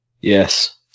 Yes